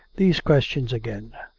these questions again.